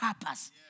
purpose